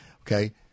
okay